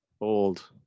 Old